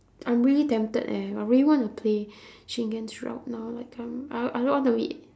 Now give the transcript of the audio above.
I'm really tempted eh I really want to play shingen's route now like I'm I I don't want to wait